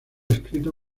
escrito